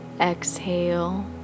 exhale